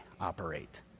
operate